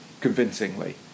convincingly